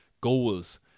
goals